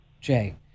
Jay